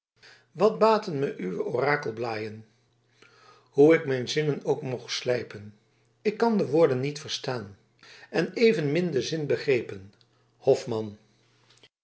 wat baten me uwe orakelblaên hoe ik mijn zinnen ook moog slijpen ik kan de woorden niet verstaan en evenmin den zin begrepen hoffham